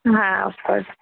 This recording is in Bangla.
হ্যাঁ আফকর্স